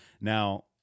Now